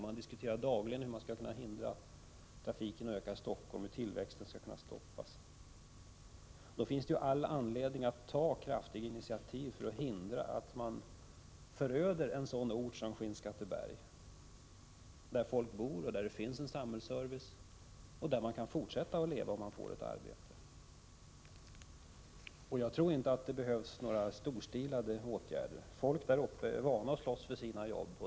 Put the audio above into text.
Man diskuterar dagligen hur man skall hindra trafiken att öka i Stockholm, hur tillväxten skall kunna stoppas. Då finns det all anledning att ta kraftiga initiativ för att hindra att man föröder en sådan ort som Skinnskatteberg, där folk bor och det finns en samhällsservice och där man kan fortsätta att leva, om man får ett arbete. Jag tror inte att det behövs några storstilade åtgärder. Människorna där uppe är vana att slåss för sina jobb.